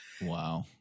Wow